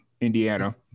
Indiana